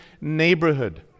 neighborhood